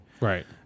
Right